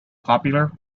popular